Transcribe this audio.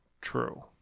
True